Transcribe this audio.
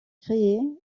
créer